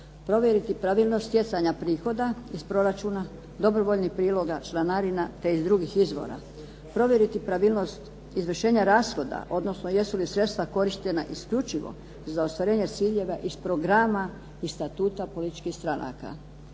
Provjeriti pravilnost stjecanja prihoda iz proračuna, dobrovoljnih priloga, članarina te iz drugih izvora. Provjeriti pravilnost izvršenja rashoda, odnosno jesu li sredstva korištene isključivo za ostvarenje ciljeva iz programa i statuta političkih stranaka?